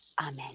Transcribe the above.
Amen